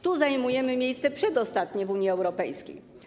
Tu zajmujemy miejsce przedostatnie w Unii Europejskiej.